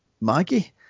Maggie